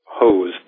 hose